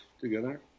together